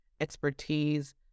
expertise